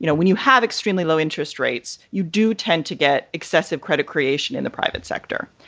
you know when you have extremely low interest rates, you do tend to get excessive credit creation in the private sector.